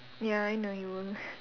ya I know you will